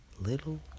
little